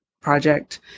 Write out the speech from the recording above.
project